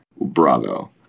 Bravo